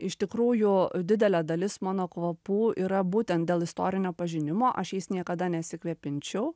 iš tikrųjų didelė dalis mano kvapų yra būtent dėl istorinio pažinimo aš jais niekada nesikvepinčiau